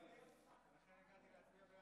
אני מסכים, ולכן הגעתי להצביע בעד.